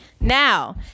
Now